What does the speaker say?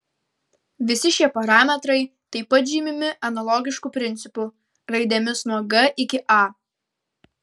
visi šie parametrai taip pat žymimi analogišku principu raidėmis nuo g iki a